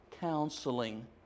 counseling